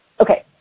Okay